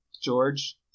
George